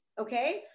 okay